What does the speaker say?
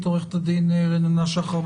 עורכת הדין רננה שחר,